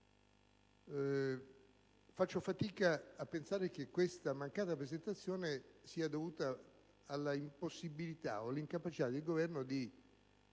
Faccio fatica a pensare che questa mancata presentazione sia dovuta all'impossibilità o all'incapacità del Governo di